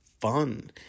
fun